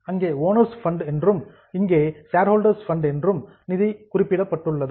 அங்கே owners fund உரிமையாளர்கள் நிதி என்று இருக்கிறது மற்றும் இங்கே சேர்ஹொல்டர்ஸ் ஃபண்ட் பங்குதாரர்கள் நிதி என்று உள்ளது